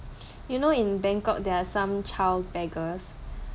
you know in bangkok there are some child beggars